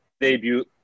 debut